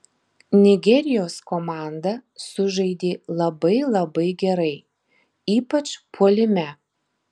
nigerijos komanda sužaidė labai labai gerai ypač puolime